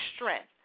strength